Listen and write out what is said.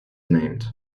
named